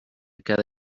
cada